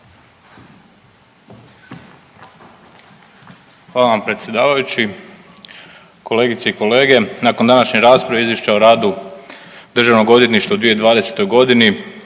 Hvala vam predsjedavajući. Kolegice i kolege, nakon današnje rasprave Izvješća o radu državnog odvjetništva u 2020. godini